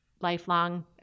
lifelong